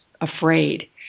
afraid